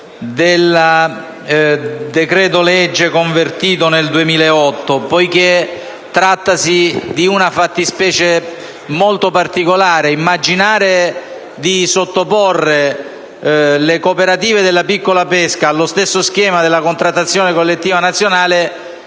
nella legge n. 31 del 2008, poiché trattasi di una fattispecie molto particolare. Immaginare di sottoporre le cooperative della piccola pesca allo stesso schema della contrattazione collettiva nazionale